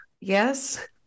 yes